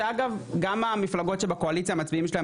שאגב גם המפלגות שבקואליציה המצביעים שלהם